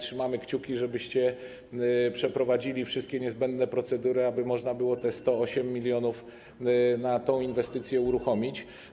Trzymamy kciuki, żebyście przeprowadzili wszelkie niezbędne procedury, aby można było te 108 mln na tę inwestycję uruchomić.